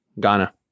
Ghana